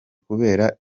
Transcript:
kubera